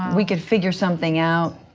we can figure something out.